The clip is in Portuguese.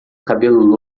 cabelo